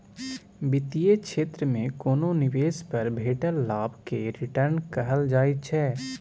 बित्तीय क्षेत्र मे कोनो निबेश पर भेटल लाभ केँ रिटर्न कहल जाइ छै